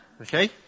Okay